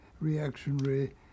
reactionary